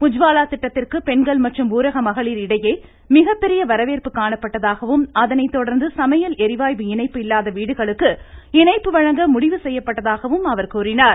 உஜ்வாலா திட்டத்திற்கு பெண்கள் மற்றும் ஊரக மகளிர் இடையே மிகப்பெரிய வரவேற்பு காணப்பட்டதாகவும் அதனை தொடர்ந்து சமையல் எரிவாயு இணைப்பு இல்லாத வீடுகளுக்கு இணைப்பு வழங்க ழடிவு செய்யப்பட்டதாகவும் அவர் தெரிவித்தார்